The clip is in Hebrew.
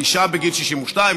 אישה בגיל 62,